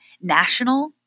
national